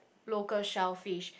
local shellfish